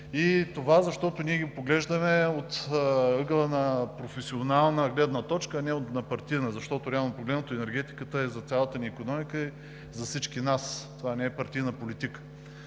Защото ние ги поглеждаме от професионална гледна точка, а не от партийна, защото, реално погледнато, енергетиката е за цялата ни икономика, за всички нас. Това не е партийна политика.